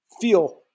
feel